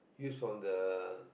use from the